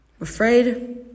afraid